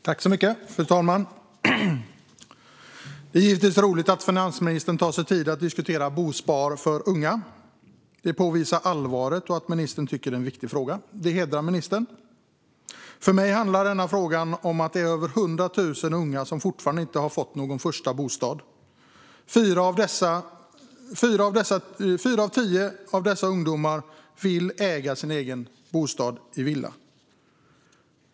Fru talman! Det är givetvis roligt att finansministern tar sig tid att diskutera bosparande för unga. Det påvisar allvaret och att ministern tycker att det är en viktig fråga, vilket hedrar ministern. För mig handlar denna fråga om att över 100 000 unga fortfarande inte har fått sin första bostad. Av dessa ungdomar vill fyra av tio äga sin egen bostad i villa.